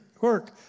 work